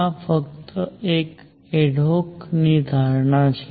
આ ફક્ત એક એડહોકની ધારણા છે